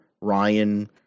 Ryan